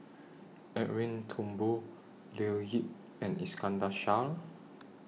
Edwin Thumboo Leo Yip and Iskandar Shah